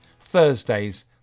thursday's